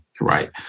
right